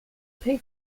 pay